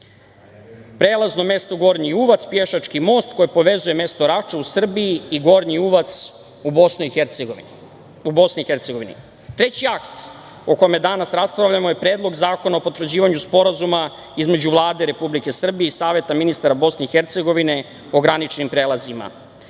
prelazno mesto Gornji Uvac – Pješački most koji povezuje mesto Raču u Srbiji i Gornji Uvac u Bosni i Hercegovini. Treći akt o kome danas raspravljamo je Predlog zakona o potvrđivanju Sporazuma između Vlade Republike Srbije i Saveta ministara Bosne i Hercegovine o graničnim prelazima.